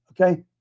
Okay